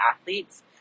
athletes